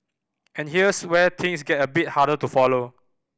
and here's where things get a bit harder to follow